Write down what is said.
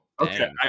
Okay